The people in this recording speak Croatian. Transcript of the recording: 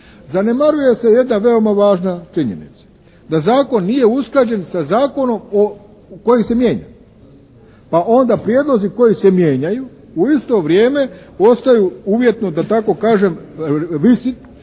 zanemaruje se jedna veoma važna činjenica da zakon nije usklađen sa zakonom koji se mijenja, pa onda prijedlozi koji se mijenjaju u isto vrijeme ostaju uvjetno da tako kažem visit